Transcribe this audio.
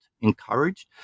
encouraged